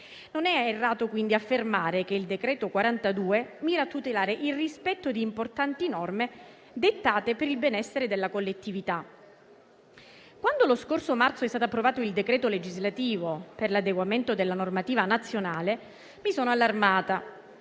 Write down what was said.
Non è errato quindi affermare che il decreto-legge n. 42 del 2021 mira a tutelare il rispetto di importanti norme dettate per il benessere della collettività. Lo scorso marzo, quando è stato approvato il decreto legislativo per l'adeguamento della normativa nazionale, mi sono allarmata: